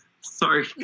sorry